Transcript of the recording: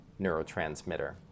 neurotransmitter